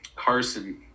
Carson